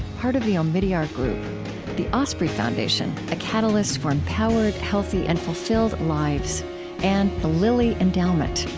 part of the omidyar group the osprey foundation a catalyst for empowered, healthy, and fulfilled lives and the lilly endowment,